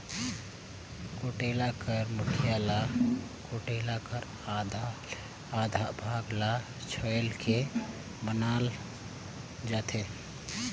कुटेला कर मुठिया ल कुटेला कर आधा ले आधा भाग ल छोएल के बनाल जाथे